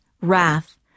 wrath